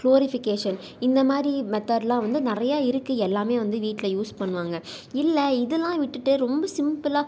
glorification இந்த மாதிரி மெத்தேடுலாம் வந்து நிறைய இருக்குது எல்லாமே வந்து வீட்டில் யூஸ் பண்ணுவாங்க இல்லை இதெல்லாம் விட்டுட்டு ரொம்ப சிம்பிளாக